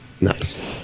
nice